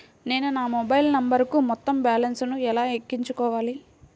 నేను నా మొబైల్ నంబరుకు మొత్తం బాలన్స్ ను ఎలా ఎక్కించుకోవాలి?